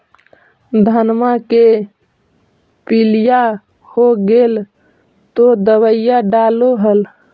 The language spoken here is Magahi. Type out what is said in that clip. धनमा मे पीलिया हो गेल तो दबैया डालो हल?